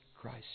Christ